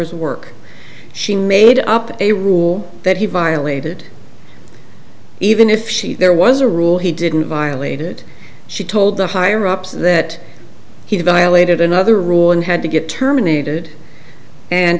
his work she made up a rule that he violated even if she there was a rule he didn't violated she told the higher ups that he violated another rule and had to get terminated and